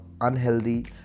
unhealthy